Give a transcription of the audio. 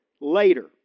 later